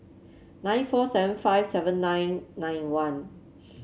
eight four seven five seven nine nine one